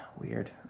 Weird